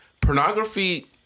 Pornography